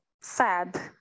sad